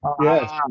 Yes